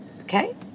Okay